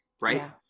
right